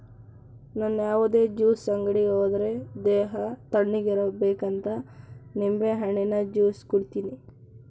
ನನ್ ಯಾವುದೇ ಜ್ಯೂಸ್ ಅಂಗಡಿ ಹೋದ್ರೆ ದೇಹ ತಣ್ಣುಗಿರಬೇಕಂತ ನಿಂಬೆಹಣ್ಣಿನ ಜ್ಯೂಸೆ ಕುಡೀತೀನಿ